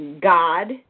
God